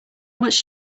much